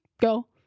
go